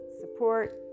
support